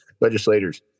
Legislators